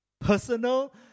personal